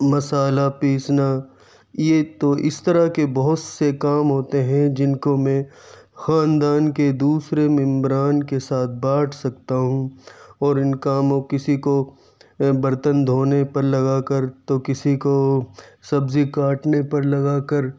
مصالحہ پیسنا یہ تو اس طرح کے بہت سے کام ہوتے ہیں جن کو میں خاندان کے دوسرے ممبران کے ساتھ بانٹ سکتا ہوں اور ان کاموں کسی کو برتن دھونے پر لگا کر تو کسی کو سبزی کاٹنے پر لگا کر